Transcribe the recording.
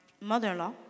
mother-in-law